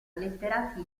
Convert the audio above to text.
letterati